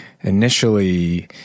Initially